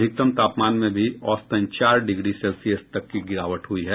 अधिकतम तापमान में भी औसतन चार डिग्री सेल्सियस तक गिरावट हुई है